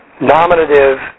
nominative